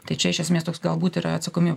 tai čia iš esmės toks galbūt yra atsakomyb